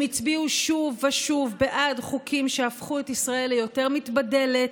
הם הצביעו שוב ושוב בעד חוקים שהפכו את ישראל ליותר מתבדלת,